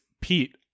Pete